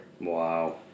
Wow